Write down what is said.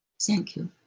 thank you.